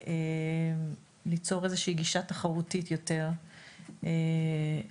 וליצור גישה תחרותית יותר למכרז.